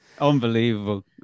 Unbelievable